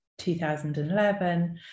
2011